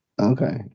okay